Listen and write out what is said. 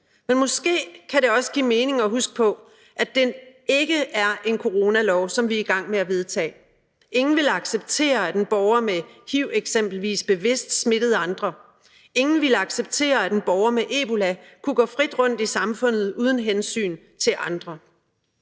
men måske kan det også give mening at huske på, at det ikke er en coronalov, som vi er i gang med at vedtage. Ingen ville acceptere, at en borger med eksempelvis hiv bevidst smittede andre. Ingen ville acceptere, at en borger med ebola kunne gå frit rundt i samfundet uden at tage hensyn til andre.